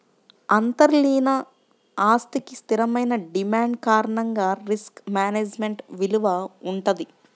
అంతర్లీన ఆస్తికి స్థిరమైన డిమాండ్ కారణంగా రిస్క్ మేనేజ్మెంట్ విలువ వుంటది